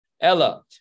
Ella